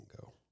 go